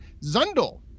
Zundel